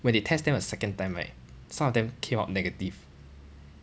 when they test them a second time right some of them came out negative